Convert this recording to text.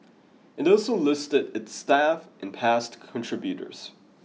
it also listed its staff and past contributors